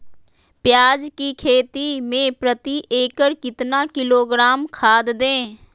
प्याज की खेती में प्रति एकड़ कितना किलोग्राम खाद दे?